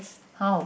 how